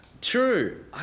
True